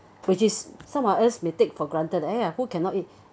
which is some of us may take for granted !aiya! who cannot eat